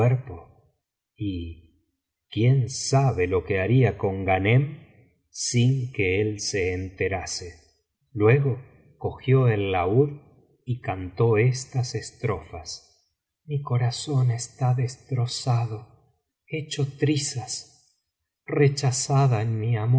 y quién sabe lo que haría con ghanem sin que él se enterase luego cogió el laúd y cantó estas estrofas mi corazón está destrozado hecho trizas rechazada en mi